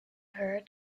her